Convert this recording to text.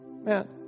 Man